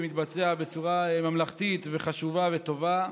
שמתבצע בצורה ממלכתית וחשובה וטובה.